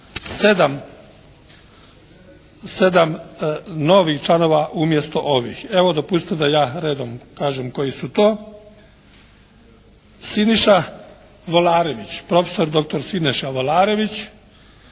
sedam novih članova umjesto ovih. Evo dopustite da ja redom kažem koji su to. Siniša Volarević, profesor doktor Siniša Volarević,